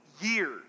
years